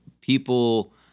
people